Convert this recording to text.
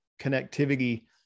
connectivity